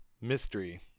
mystery